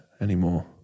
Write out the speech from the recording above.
anymore